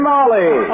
Molly